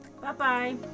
Bye-bye